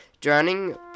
Drowning